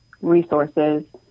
resources